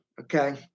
Okay